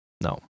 No